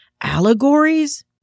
allegories